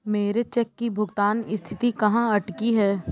मेरे चेक की भुगतान स्थिति कहाँ अटकी है?